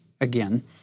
again